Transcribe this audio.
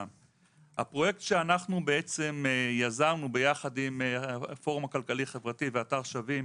הפרויקט שאנחנו בעצם יזמנו יחד עם הפורום הכלכלי חברתי ואתר שווים,